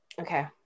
okay